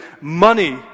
money